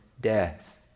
death